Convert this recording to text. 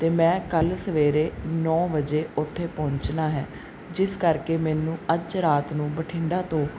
ਅਤੇ ਮੈਂ ਕੱਲ੍ਹ ਸਵੇਰੇ ਨੌ ਵਜੇ ਉੱਥੇ ਪਹੁੰਚਣਾ ਹੈ ਜਿਸ ਕਰਕੇ ਮੈਨੂੰ ਅੱਜ ਰਾਤ ਨੂੰ ਬਠਿੰਡਾ ਤੋਂ